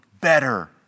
better